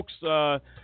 folks –